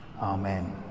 Amen